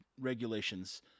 regulations